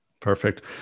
Perfect